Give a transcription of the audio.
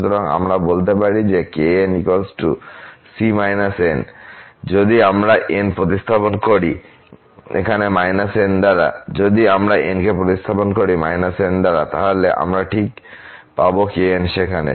সুতরাং আমরা বলতে পারি যে kn c−n যদি আমরা n প্রতিস্থাপন করি এখানে −n দ্বারা যদি আমরা n কে প্রতিস্থাপন করি −n দ্বারা তাহলে আমরা ঠিক পাব kn সেখানে